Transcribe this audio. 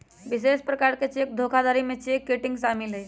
विशेष प्रकार के चेक धोखाधड़ी में चेक किटिंग शामिल हइ